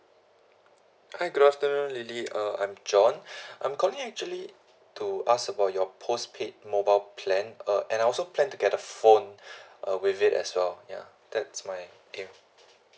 hi good afternoon lily uh I'm john I'm calling actually to ask about your post paid mobile plan uh and I also plan to get a phone uh with it as well ya that's my aim